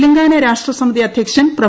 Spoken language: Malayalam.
തെലങ്കാന രാഷ്ട്രസമിതി അധ്യക്ഷൻ പ്രൊ